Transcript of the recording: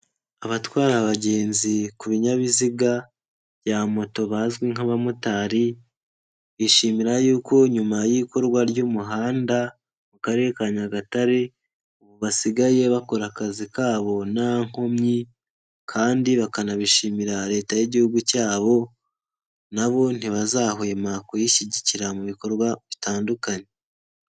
Abatwara abagenzi ku binyabiziga bya moto bazwi nk'abamotari bishimira yuko nyuma y'ikorwa ry'umuhanda mu Karere ka Nyagatare, ubu basigaye bakora akazi kabo nta nkomyi kandi bakanabishimira Leta y'Igihugu cyabo, naBbo ntibazahwema kuyishyigikira mu bikorwa bitandukanye.